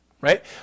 Right